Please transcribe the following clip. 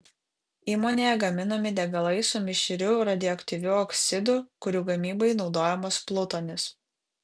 įmonėje gaminami degalai su mišriu radioaktyviu oksidu kurių gamybai naudojamas plutonis